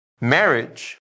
Marriage